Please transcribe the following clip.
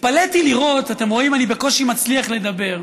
התפלאתי לראות, אתם רואים, אני בקושי מצליח לדבר,